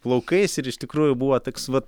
plaukais ir iš tikrųjų buvo toks vat